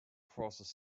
crosses